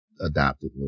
adopted